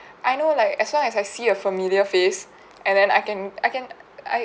I know like as long as I see a familiar face and then I can I can I